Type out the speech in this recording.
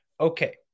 Okay